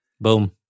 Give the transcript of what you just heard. Boom